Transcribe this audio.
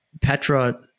Petra